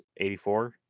84